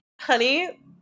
honey